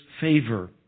favor